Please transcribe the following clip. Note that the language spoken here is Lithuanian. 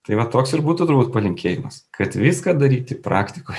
tai va toks ir būtų turbūt palinkėjimas kad viską daryti praktikoj